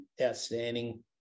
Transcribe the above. outstanding